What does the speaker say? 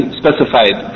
specified